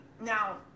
now